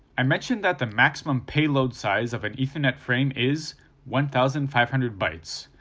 i mentioned that the maximum payload size of an ethernet frame is one thousand five hundred bytes,